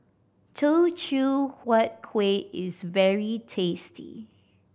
Teochew Huat Kueh is very tasty